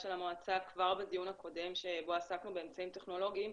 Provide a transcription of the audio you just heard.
המועצה כבר בדיון הקודם שבו עסקנו באמצעים טכנולוגיים,